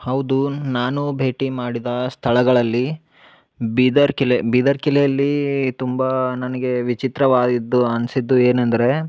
ಹೌದು ನಾನು ಭೇಟಿ ಮಾಡಿದ ಸ್ಥಳಗಳಲ್ಲಿ ಬೀದರ್ ಕಿಲೆ ಬೀದರ್ ಕಿಲೆ ಅಲ್ಲಿ ತುಂಬಾ ನನಗೆ ವಿಚಿತ್ರವಾದಿದ್ದು ಅನ್ಸಿದ್ದು ಏನು ಅಂದರೆ